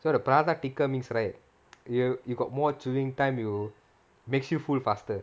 so the prata thicker means right you you got more chewing time you makes you full faster